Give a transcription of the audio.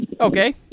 Okay